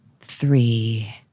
Three